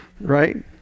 Right